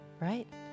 Right